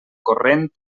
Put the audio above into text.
corrent